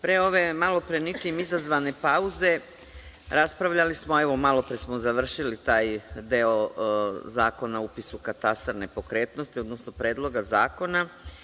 Pre ove malopre ničim izazvane pauze raspravljali smo, evo, malopre smo završili taj deo Zakona o upisu u katastar nepokretnosti, odnosno Predloga zakona.